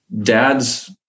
dad's